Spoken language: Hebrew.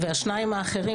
והשניים האחרים,